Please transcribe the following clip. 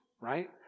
right